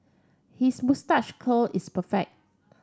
his moustache curl is perfect